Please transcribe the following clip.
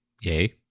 Yay